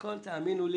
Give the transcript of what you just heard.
לא כדאי לכם